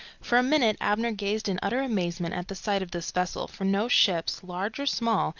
for a minute abner gazed in utter amazement at the sight of this vessel, for no ships, large or small,